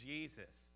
Jesus